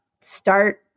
start